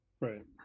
Right